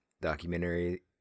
documentary